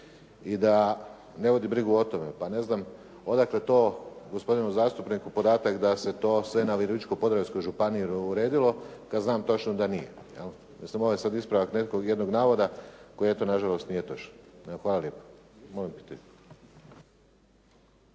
i da ne vodi brigu o tome, pa ne znam odakle to gospodinu zastupniku podatak da se to sve na Virovitičko-podravskoj županiji uredilo kada znam točno da nije. Jel sad moj ispravak netočnog navoda koji je to na žalost nije točno. Evo, hvala lijepo. **Friščić,